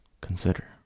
consider